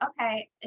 okay